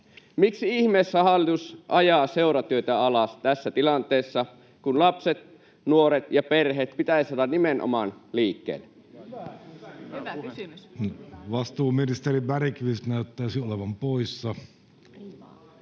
Miksi ihmeessä hallitus ajaa seuratyötä alas tässä tilanteessa, kun lapset, nuoret ja perheet pitäisi saada nimenomaan liikkeelle? [Speech 20] Speaker: Jussi Halla-aho